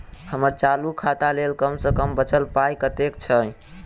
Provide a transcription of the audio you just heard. हम्मर चालू खाता लेल कम सँ कम बचल पाइ कतेक छै?